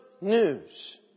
news